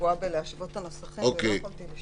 שקועה בלהשוות את הנוסחים ולא יכולתי לשמוע.